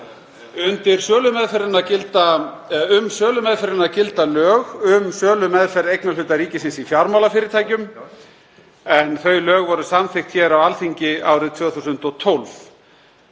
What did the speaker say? Um sölumeðferðina gilda lög um sölumeðferð eignarhluta ríkisins í fjármálafyrirtækjum en þau lög voru samþykkt hér á Alþingi árið 2012.